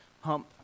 hump